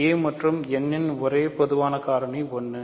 a மற்றும் n இன் ஒரே பொதுவான காரணிகள் 1